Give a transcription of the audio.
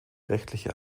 rechtliche